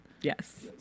Yes